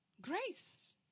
Grace